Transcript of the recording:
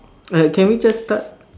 uh can we just start